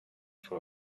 for